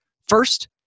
First